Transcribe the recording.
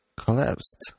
collapsed